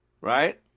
right